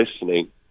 listening